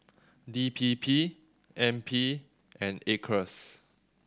D P P N P and Acres